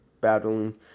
battling